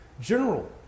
general